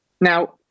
Now